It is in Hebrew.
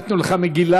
נתנו לך מגילה,